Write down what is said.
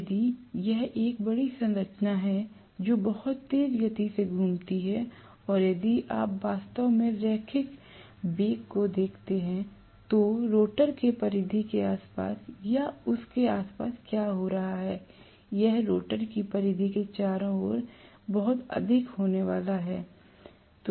यदि यह एक बड़ी संरचना है जो बहुत तेज गति से घूमती है और यदि आप वास्तव में रैखिक वेग को देखते हैं तो रोटर के परिधि के आसपास या उसके आसपास क्या हो रहा है यह रोटर की परिधि के चारों ओर बहुत अधिक होने वाला है